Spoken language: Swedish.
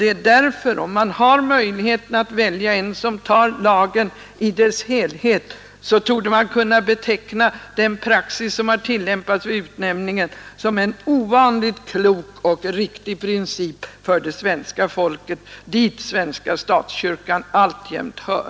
Den praxis som har tillämpats vid utnämningar torde kunna betecknas som en ovanligt klok och riktig princip för det svenska folket, dit svenska statskyrkan alltjämt hör.